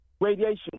Radiation